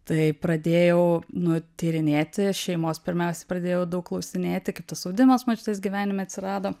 tai pradėjau nu tyrinėti šeimos pirmiausia pradėjau daug klausinėti kaip tas audimas močiutės gyvenime atsirado